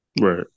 Right